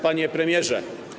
Panie Premierze!